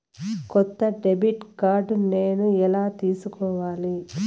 కొత్త debit card నేను ఎలా తీసుకోవాలి?